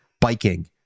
biking